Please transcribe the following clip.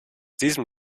diesem